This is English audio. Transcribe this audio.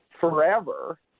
forever